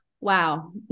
wow